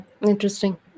interesting